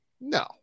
No